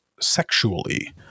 sexually